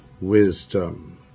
wisdom